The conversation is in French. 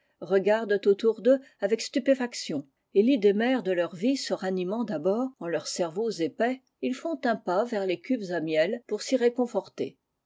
regardent autour d'eux avec stupéfaction et ridée mère de leur vie se ranimant d'abord en leurs cerveaux épais ils font un pas vers les cuves à miel pour s'y réconforter